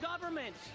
government